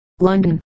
London